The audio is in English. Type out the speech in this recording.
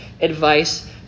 advice